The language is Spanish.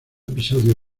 episodio